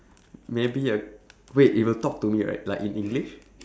maybe I wait it will talk to me right like in english